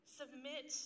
submit